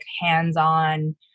hands-on